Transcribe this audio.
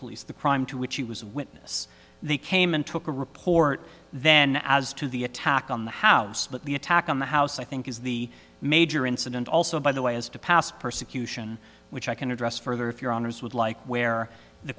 police the crime to which he was a witness they came and took a report then as to the attack on the house but the attack on the house i think is the major incident also by the way as to past persecution which i can address further if your honour's would like where the